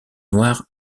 noire